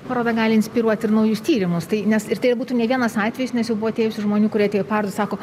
paroda gali inspiruot ir naujus tyrimus tai nes ir tai būtų ne vienas atvejis nes jau buvo atėjusių žmonių kurie atėjo į parodą sako